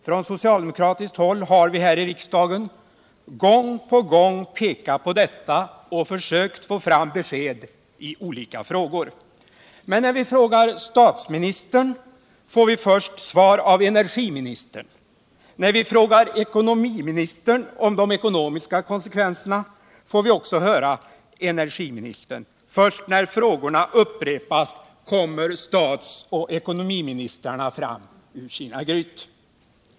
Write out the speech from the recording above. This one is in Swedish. Från socialdemokratiskt håll har vi här i riksdagen gång på gång pekat på detta och försökt få fram besked i olika frågor. Men när vi frågar statsministern får vi först svar av energiministern. När vi frågar ekonomiministern om de ekonomiska konsekvenserna får vi också höra energiministern. Först när frågorna upprepas kommer statsoch ekonomiministrarna fram ur sina gryt.